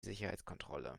sicherheitskontrolle